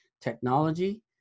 technology